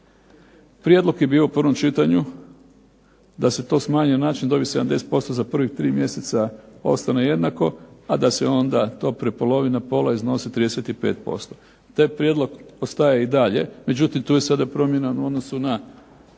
Prijedlog je bio u prvom čitanju da se to smanji na način da ovih 70% za prvih 3 mjeseca ostane jednako, a da se onda to prepolovi na pola i iznosi 35%. Taj prijedlog ostaje i dalje, međutim tu je sada promjena u odnosu na